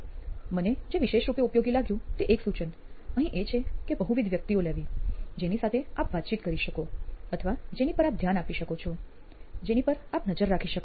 મને જે વિશેષ રૂપે ઉપયોગી લાગ્યું તે એક સૂચન અહીં એ છે કે બહુવિધ વ્યક્તિઓ લેવી જેની સાથે આપ વાતચીત કરી શકો અથવા જેની પર આપ ધ્યાન આપી શકો છો જેની પર આપ નજર રાખી શકો